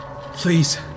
please